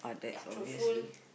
truthful